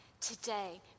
today